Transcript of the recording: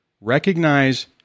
Recognize